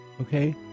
Okay